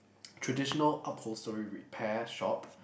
traditional upholstery repair shop